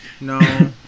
No